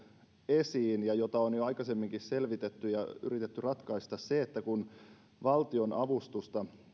esiin ja jota on jo aikaisemminkin selvitetty ja yritetty ratkaista se että valtionavustusta